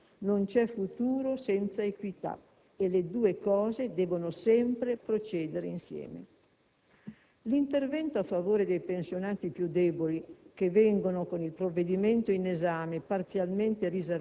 coesione sociale e politiche del sapere, politiche della conoscenza. Queste politiche non rispondono ad una visione di parte, ma all'orientamento che da sette anni innerva l'azione dell'Europa.